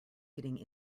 getting